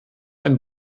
ein